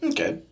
Okay